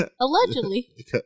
Allegedly